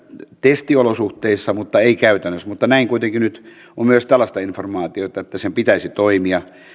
testiolosuhteissa mutta ei käytännössä mutta kuitenkin nyt on myös tällaista informaatiota että sen pitäisi toimia